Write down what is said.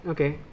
Okay